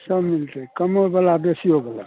सब मिलके कमो बला बेसियो बला